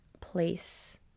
place